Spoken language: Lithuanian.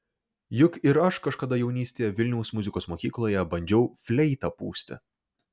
juk ir aš kažkada jaunystėje vilniaus muzikos mokykloje bandžiau fleitą pūsti